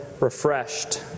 refreshed